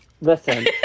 Listen